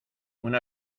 una